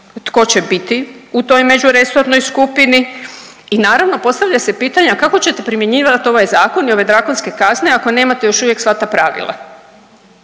tko će biti u toj međuresornoj skupini. I naravno postavlja se pitanje a kako ćete primjenjivati ovaj zakon i ove drakonske kazne ako nemate još uvijek sva ta pravila.